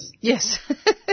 Yes